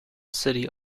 city